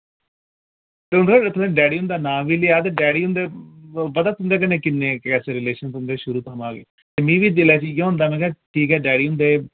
क्यूंकि हुन तुसें डैडी हुंदा नां वि लेया ते डैडी हुन्दे पता तुंदे कन्नै किन्ने कैसे रिलेशन तुंदे शुरू थमां ते मि वि दिले च इयै होंदा ना कि ठीक ऐ डैडी हुन्दे